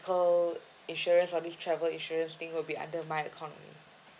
~cal insurance all this travel insurance thing will be under my account only